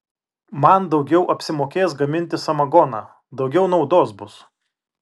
man daugiau apsimokės gaminti samagoną daugiau naudos bus